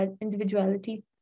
individuality